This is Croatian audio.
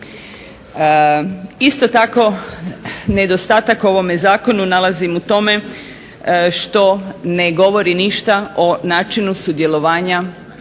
Isto tako, nedostatak ovog zakonu nalazim u tome što ne govori ništa o načinu sudjelovanja